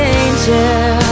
angel